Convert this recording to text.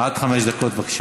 עד חמש דקות, בבקשה.